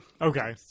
Okay